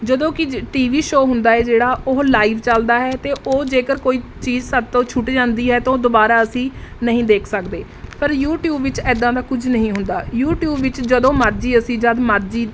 ਜਦੋਂ ਕਿ T V show ਹੁੰਦਾ ਹੈ ਜਿਹੜਾ ਉਹ ਲਾਈਵ ਚੱਲਦਾ ਹੈ ਅਤੇ ਉਹ ਜੇਕਰ ਕੋਈ ਚੀਜ਼ ਸਾਡੇ ਤੋਂ ਛੁੱਟ ਜਾਂਦੀ ਹੈ ਤਾਂ ਉਹ ਦੁਬਾਰਾ ਅਸੀਂ ਨਹੀਂ ਦੇਖ ਸਕਦੇ ਪਰ ਯੂਟਿਊਬ ਵਿੱਚ ਐਦਾਂ ਦਾ ਕੁਝ ਨਹੀਂ ਹੁੰਦਾ ਯੂਟਿਊਬ ਵਿੱਚ ਜਦੋਂ ਮਰਜ਼ੀ ਅਸੀਂ ਜਦ ਮਰਜ਼ੀ